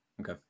Okay